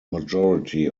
majority